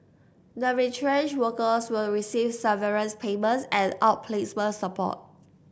the retrenched workers will receive severance payments and outplacement support